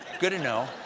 good to know.